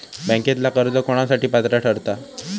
बँकेतला कर्ज कोणासाठी पात्र ठरता?